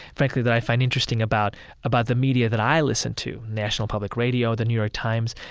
frankly, that i find interesting about about the media that i listen to, national public radio, the new york times,